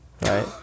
right